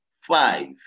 five